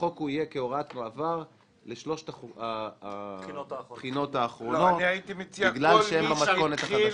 החוק יהיה כהוראת מעבר לשלוש הבחינות האחרונות בגלל שהן במתכונת החדשה.